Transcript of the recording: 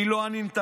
אני לא אנין טעם,